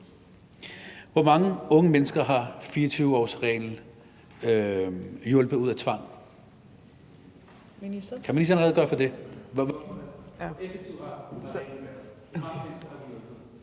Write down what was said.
Hvor mange unge mennesker har 24-årsreglen hjulpet ud af tvang?